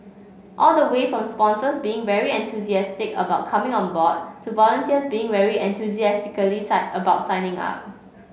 all the way from sponsors being very enthusiastic about coming on board to volunteers being very enthusiastically sign about signing up